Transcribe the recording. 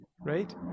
right